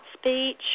speech